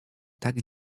tak